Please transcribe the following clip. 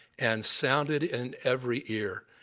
and sounded in every ear,